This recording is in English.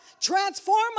Transform